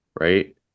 right